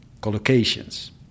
collocations